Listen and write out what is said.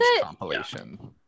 compilation